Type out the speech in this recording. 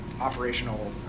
operational